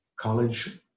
college